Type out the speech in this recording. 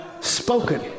spoken